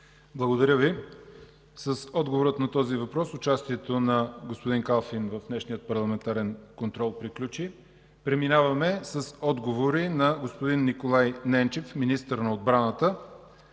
Благодаря Ви. С отговора на този въпрос участието на господин Калфин в днешния парламентарен контрол приключи. Преминаваме към отговори на господин Николай Ненчев – министър на отбраната.